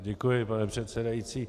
Děkuji, pane předsedající.